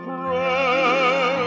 prayer